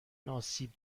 آسیب